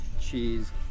cheese